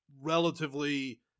relatively